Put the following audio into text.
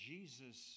Jesus